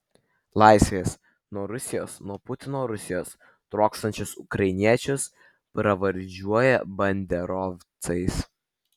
laisvės nuo rusijos nuo putino rusijos trokštančius ukrainiečius pravardžiuoja banderovcais